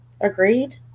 Agreed